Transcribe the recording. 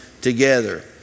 together